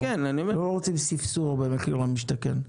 כי לא רוצים ספסור במחיר למשתכן.